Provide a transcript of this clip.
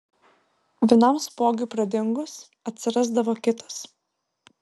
vienam spuogui pradingus atsirasdavo kitas